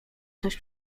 coś